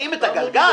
ממציאים את הגלגל?